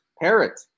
Parrot